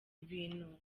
ibintu